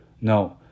No